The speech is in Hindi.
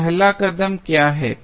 तो पहला कदम क्या है